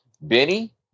Benny